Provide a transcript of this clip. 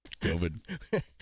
COVID